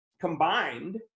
combined